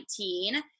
2019